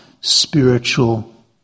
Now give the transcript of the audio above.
spiritual